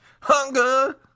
Hunger